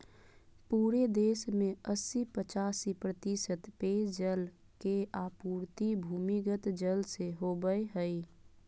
पूरे देश में अस्सी पचासी प्रतिशत पेयजल के आपूर्ति भूमिगत जल से होबय हइ